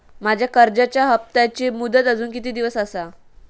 माझ्या कर्जाचा हप्ताची मुदत अजून किती दिवस असा?